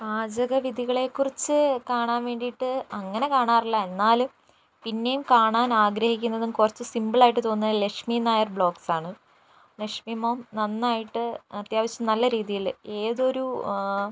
പാചകവിധികളെ കുറിച്ച് കാണാൻ വേണ്ടിയിട്ട് അങ്ങനെ കാണാറില്ല എന്നാലും പിന്നെയും കാണാൻ ആഗ്രഹിക്കുന്നതും കുറച്ച് സിമ്പിളായിട്ട് തോന്നുന്നത് ലക്ഷ്മി നായർ വ്ളോഗ്സ് ആണ് ലക്ഷ്മി മാം നന്നായിട്ട് അത്യാവശ്യം നല്ല രീതിയിൽ ഏതൊരു